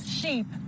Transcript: sheep